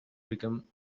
became